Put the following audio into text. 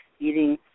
eating